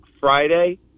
Friday